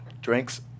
Drinks